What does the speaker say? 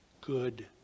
good